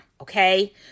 okay